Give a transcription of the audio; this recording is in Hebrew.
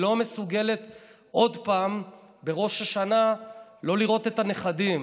היא לא מסוגלת עוד פעם בראש השנה לא לראות את הנכדים.